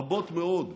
רבות מאוד,